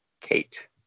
Kate